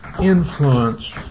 influence